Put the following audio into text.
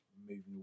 moving